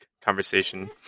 conversation